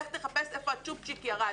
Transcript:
לך תחפש איפה הצ'ופצ'יק ירד.